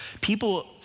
people